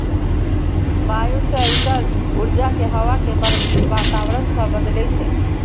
bioshelter ऊर्जा कें हवा के वातावरण सं बदलै छै